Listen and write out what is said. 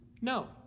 no